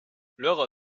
luego